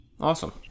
Awesome